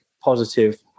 positive